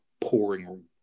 pouring